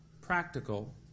practical